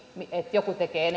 joku tekee